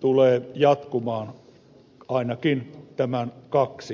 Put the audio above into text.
tulee jatkumaan ainakin tämän kaksi vuotta